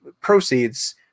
proceeds